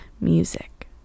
music